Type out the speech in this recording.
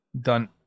done